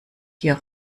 hier